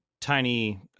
tiny